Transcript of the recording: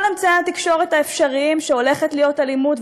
אמצעי התקשורת האפשריים שהולכת להיות אלימות,